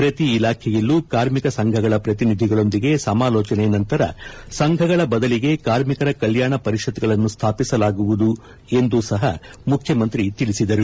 ಪ್ರತಿ ಇಲಾಖೆಯಲ್ಲೂ ಕಾರ್ಮಿಕರ ಸಂಘಗಳ ಪ್ರತಿನಿಧಿಗಳೊಂದಿಗೆ ಸಮಾಲೋಚನೆ ನಂತರ ಸಂಘಗಳ ಬದಲಿಗೆ ಕಾರ್ಮಿಕರ ಕಲ್ವಾಣ ಪರಿಷತ್ಗಳನ್ನು ಸ್ವಾಪಿಸಲಾಗುವುದು ಎಂದೂ ಸಹ ಮುಖ್ಯಮಂತ್ರಿ ತಿಳಿಸಿದರು